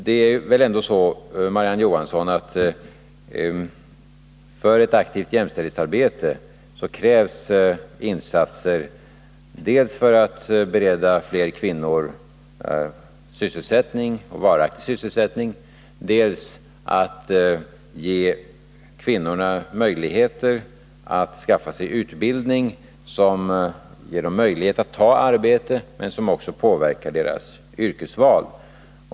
Det är väl ändå så, Marie-Ann Johansson, att det för ett aktivt jämställdhetsarbete krävs insatser dels för att bereda fler kvinnor sysselsättning — varaktig sysselsättning —, dels för att ge kvinnorna möjligheter att skaffa sig utbildning som gör att de kan ta arbete. Vidare behövs det insatser för att påverka kvinnornas yrkesval.